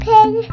Pig